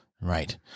Right